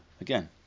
Again